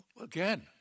Again